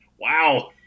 Wow